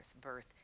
birth